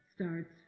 starts